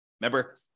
Remember